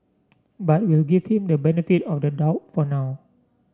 but we'll give him the benefit on the doubt for now